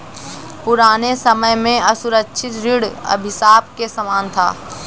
पुराने समय में असुरक्षित ऋण अभिशाप के समान था